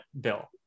bill